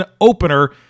opener